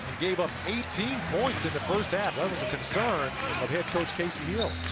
gave up eighteen points in the first half. that was a concern of head coach casey hill.